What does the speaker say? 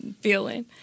feeling